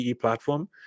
platform